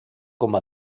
como